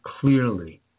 clearly